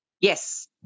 Yes